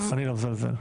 אני לא מזלזל.